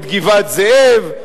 את גבעת-זאב,